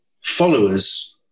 followers –